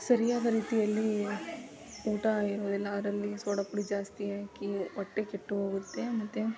ಸರಿಯಾದ ರೀತಿಯಲ್ಲಿ ಊಟ ಇರೋದಿಲ್ಲ ಅದರಲ್ಲಿ ಸೋಡ ಪುಡಿ ಜಾಸ್ತಿ ಹಾಕಿ ಹೊಟ್ಟೆ ಕೆಟ್ಟು ಹೋಗುತ್ತೆ ಮತ್ತೆ